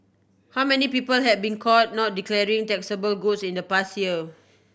how many people have been caught not declaring taxable goods in the past year